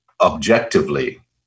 objectively